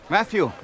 Matthew